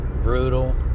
brutal